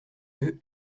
yeux